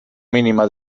mínima